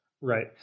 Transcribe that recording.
Right